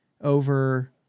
over